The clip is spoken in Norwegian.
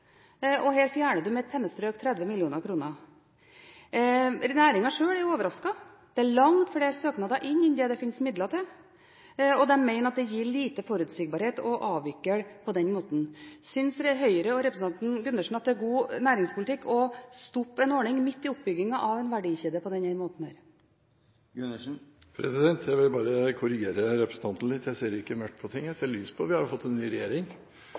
og her fjerner man med et pennestrøk 30 mill. kr. Næringen sjøl er overrasket. Det kommer langt flere søknader inn enn det fins midler til, og de mener at det gir lite forutsigbarhet å avvikle på den måten. Syns Høyre og representanten Gundersen at det er god næringspolitikk å stoppe en ordning midt i oppbyggingen av en verdikjede på denne måten? Jeg vil bare korrigere representanten litt. Jeg ser ikke mørkt på ting – jeg ser lyst på det. Vi har fått en ny regjering,